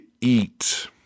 eat